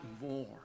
more